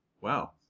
Wow